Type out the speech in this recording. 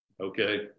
okay